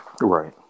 Right